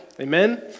amen